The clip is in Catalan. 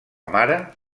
mare